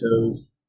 toes